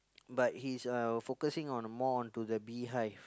but he's uh focusing on more onto the beehive